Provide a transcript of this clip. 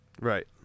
Right